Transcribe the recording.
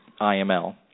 IML